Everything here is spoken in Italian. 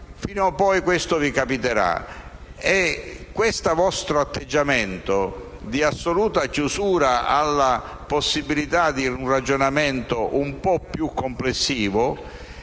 Prima o poi questo vi capiterà, e allora questo vostro atteggiamento di assoluta chiusura alla possibilità di un ragionamento un po' più complessivo